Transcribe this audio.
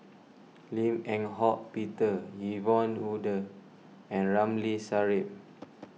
Lim Eng Hock Peter Yvonne Ng Uhde and Ramli Sarip